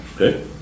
Okay